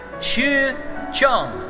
shi cheng.